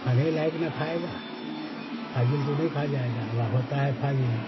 खाने लायक़ ना खाएगा फ़ुज़ूल तो नहीं खा जाएगा और वह होता है फ़ुज़ूल